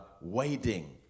waiting